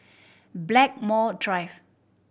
Blackmore Drive